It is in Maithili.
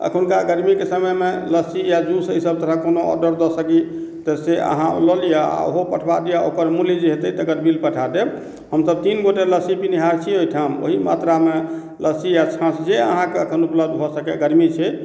अखुनका गर्मी के समय मे लस्सी या जूस अइ सब तरहक कोनो ऑर्डर दऽ सकी तऽ से अहाँ लऽ लियऽ आ ओहो पठबा दिअ आ ओकर मूल्य जे हेतै तकर बिल पठा देब हमसब तीन गोटे लस्सी पिनिहार छी एहिठाम ओहि मात्रा मे लस्सी या छाँछ जे अहाँके एखन उपलब्ध भऽ सकय गर्मी छै